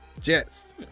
Jets